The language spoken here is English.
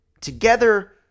Together